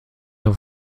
auf